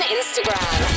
Instagram